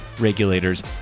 regulators